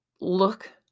Look